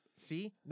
see